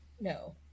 no